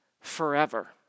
forever